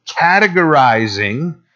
categorizing